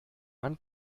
man